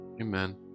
amen